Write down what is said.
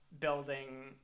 Building